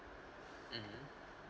mmhmm